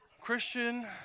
christian